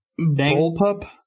Bullpup